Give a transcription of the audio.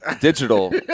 digital